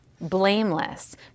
blameless